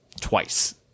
twice